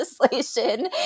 legislation